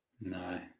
No